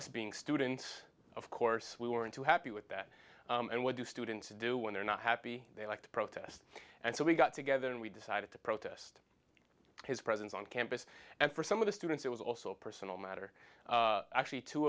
us being students of course we weren't too happy with that and what do students do when they're not happy they like to protest and so we got together and we decided to protest his presence on campus and for some of the students it was also a personal matter actually two